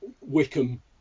Wickham